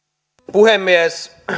puhemies